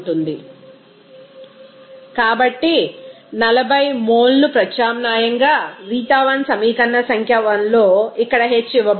refer slide time 3341 కాబట్టి ఈ 40 మోల్నుప్రత్యామ్నాయంగా ξ1 సమీకరణ సంఖ్య 1 లో ఇక్కడ h ఇవ్వబడింది